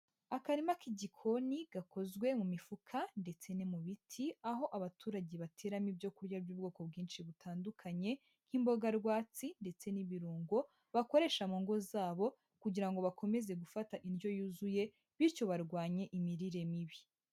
Akarima k'igikoni gakozwe mu mifuka ndetse no mu biti, aho abaturage bateramo ibyo kurya by'ubwoko bwinshi butandukanye, nk'imboga rwatsi ndetse n'ibirungo, bakoresha mu ngo zabo kugira ngo bakomeze gufata indyo yuzuye bityo barwanye imirire mibi.